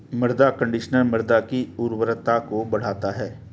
मृदा कंडीशनर मृदा की उर्वरता को बढ़ाता है